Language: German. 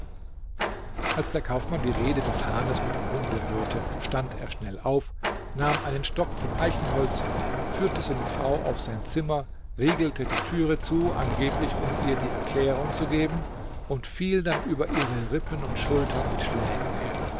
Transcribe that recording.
als der kaufmann die rede des hahnes mit dem hunde hörte stand er schnell auf nahm einen stock von eichenholz führte seine frau auf sein zimmer riegelte die türe zu angeblich um ihr die erklärung zu geben und fiel dann über ihre rippen und schultern mit schlägen her